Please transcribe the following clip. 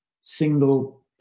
single